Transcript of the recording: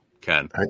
ken